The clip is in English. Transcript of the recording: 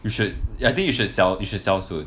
you should I think you should sell you should sell soon